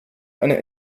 eine